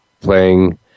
playing